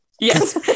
Yes